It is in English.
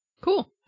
Cool